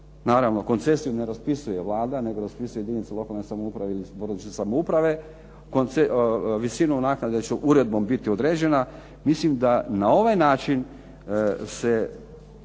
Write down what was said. Naravno, koncesiju ne raspisuje Vlada nego raspisuje jedinica lokalne samouprave ili područje samouprave. Visina naknade će uredbom biti određena. Mislim da na ovaj način se